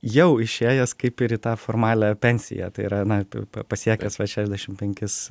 jau išėjęs kaip ir į tą formalią pensiją tai yra na pas pasiekęs va šešiasdešim penkis